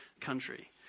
country